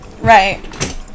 right